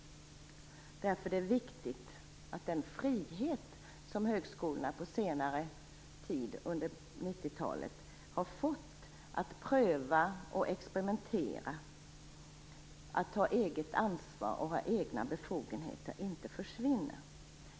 Därför är det viktigt att den frihet som högskolorna har fått på senare tid - under 90 talet - att pröva, experimentera, ta eget ansvar och ha egna befogenheter inte försvinner.